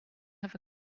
have